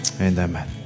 amen